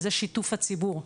וזה שיתוף הציבור,